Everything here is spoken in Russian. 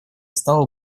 стало